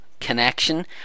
Connection